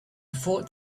thought